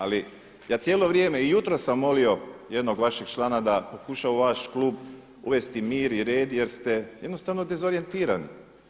Ali ja cijelo vrijeme, i jutros sam molio jednog vašeg člana da pokuša u vaš klub uvesti mir i red jer ste jednostavno dezorijentirani.